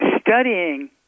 studying